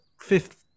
fifth